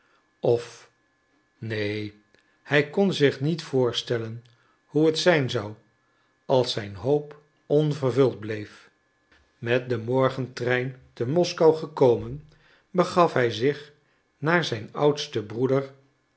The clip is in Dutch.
of neen hij kon zich niet voorstellen hoe het zijn zou als zijn hoop onvervuld bleef met den morgen trein te moskou gekomen begaf hij zich naar zijn oudsten broeder